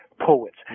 poets